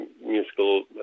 musical